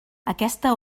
aquesta